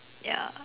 ya